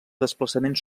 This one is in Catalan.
desplaçament